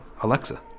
alexa